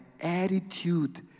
attitude